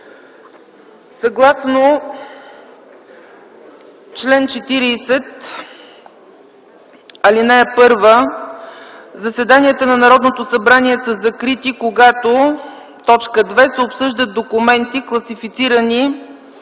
Съгласно чл. 40, ал. 1: ”Заседанията на Народното събрание са закрити, когато: „2. се обсъждат документи, класифицирани